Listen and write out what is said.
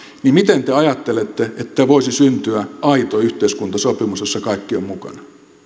niin miten te ajattelette että voisi syntyä aito yhteiskuntasopimus jossa kaikki ovat mukana